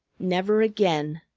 never again,